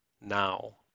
now